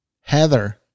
Heather